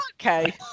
Okay